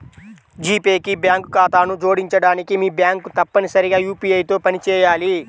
G pay కి bank ఖాతాను జోడించడానికి, మీ బ్యాంక్ తప్పనిసరిగా యూ.పీ.ఐ తో పనిచేయాలి